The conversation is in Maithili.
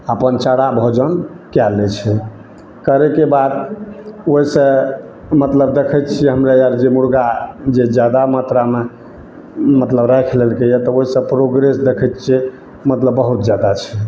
अपन चारा भोजन कए लै छै करैके बाद ओहिसँ मतलब देखैत छियै हमरा आर जे मुर्गा जे जादा मात्रामे मतलब राखि लेलकैया तऽ ओहिसँ प्रोग्रेस देखैत छियै मतलब बहुत जादा छै